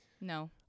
no